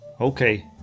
Okay